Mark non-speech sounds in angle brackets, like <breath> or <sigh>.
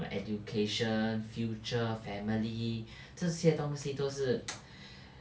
education future family 这些东西都是 <noise> <breath>